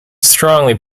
strongly